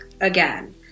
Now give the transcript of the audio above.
again